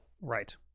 Right